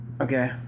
Okay